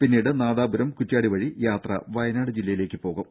പിന്നീട് നാദാപുരം കുറ്റ്യാടി വഴി യാത്ര വയനാട് ജില്ലയിലേക്ക് പോകും